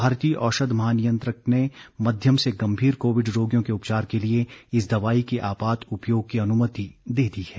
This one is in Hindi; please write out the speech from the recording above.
भारतीय औषध महानियंत्रक ने मध्यम से गंभीर कोविड रोगियों के उपचार के लिए इस दवाई के आपात उपयोग की अनुमति दे दी है